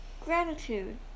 gratitude